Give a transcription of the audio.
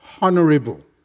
honorable